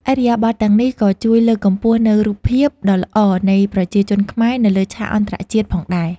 ឥរិយាបថទាំងនេះក៏ជួយលើកកម្ពស់នូវរូបភាពដ៏ល្អនៃប្រជាជាតិខ្មែរនៅលើឆាកអន្តរជាតិផងដែរ។